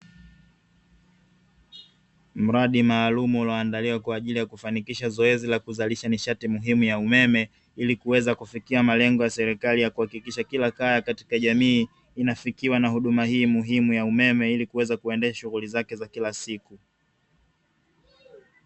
Mradi maalumu ulioandaliwa kwa ajili ya kufanikisha zoezi la kuzalisha nishati muhimu ya umeme, ili kuweza kufikia malengo ya serikali ya kuhakikisha kila kaya katika jamii inafikiwa na huduma hii muhimu ya umeme ili kuweza kuendesha shughuli zake za kila siku.